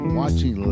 watching